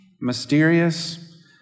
mysterious